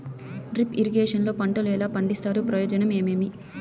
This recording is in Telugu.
డ్రిప్ ఇరిగేషన్ లో పంటలు ఎలా పండిస్తారు ప్రయోజనం ఏమేమి?